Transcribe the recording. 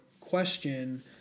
question